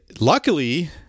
luckily